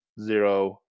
zero